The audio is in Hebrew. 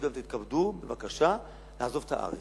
יגידו להם: תתכבדו בבקשה לעזוב את הארץ.